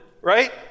right